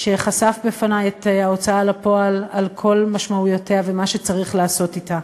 שחשף בפני את ההוצאה לפועל על כל משמעויותיה ומה שצריך לעשות אתה.